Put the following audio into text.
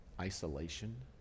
isolation